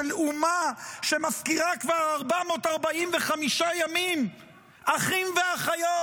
של אומה שמפקירה כבר 445 ימים אחים ואחיות,